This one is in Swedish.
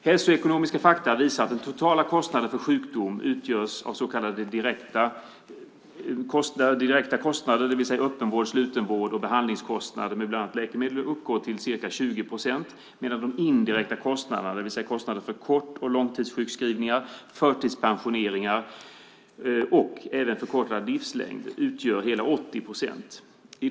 Hälsoekonomiska fakta visar att den totala kostnaden för sjukdom som utgörs av så kallade direkta kostnader, det vill säga öppenvård, slutenvård och kostnader för behandling med bland annat läkemedel, uppgår till ca 20 procent, medan de indirekta kostnaderna, det vill säga kostnader för kort och långtidssjukskrivningar, förtidspensioneringar och förkortad livslängd, utgör hela 80 procent. Fru talman!